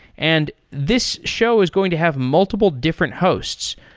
and this show is going to have multiple different hosts.